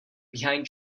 behind